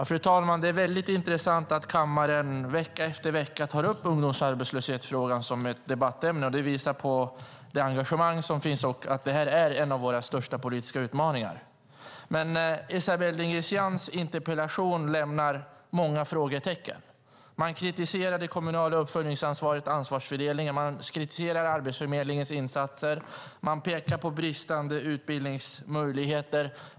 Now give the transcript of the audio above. Fru talman! Det är väldigt intressant att kammaren vecka efter vecka tar upp ungdomsarbetslöshetsfrågan som ett debattämne. Det visar på det engagemang som finns, och det är en av våra största politiska utmaningar. Esabelle Dingizians interpellation lämnar många frågetecken. Hon kritiserar det kommunala uppföljningsansvaret och ansvarsfördelningen. Hon kritiserar Arbetsförmedlingens insatser. Hon pekar på bristande utbildningsmöjligheter.